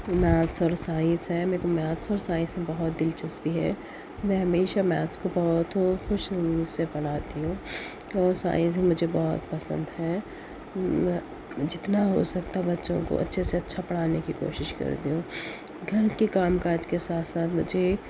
maths اور science ہے میرے کو میتھس اور اور سائنس میں بہت دلچسپی ہے میں ہمیشہ میتھس کو بہت خوشی سے پڑھاتی ہوں اور سائنس مجھے بہت پسند ہے جتنا ہو سکتا ہے بچوں کو اچھے سے اچھا پڑھانے کی کوشش کرتی ہوں گھر کے کام کاج کے ساتھ ساتھ مجھے